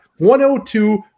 102